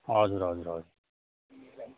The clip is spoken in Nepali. हजुर हजुर हजुर